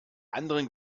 anderen